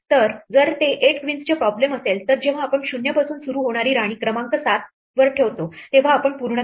तर जर ते 8 क्वींसचे प्रॉब्लेम असेल तर जेव्हा आपण 0 पासून सुरू होणारी राणी क्रमांक 7 ठेवतो तेव्हा आपण पूर्ण केले